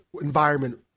environment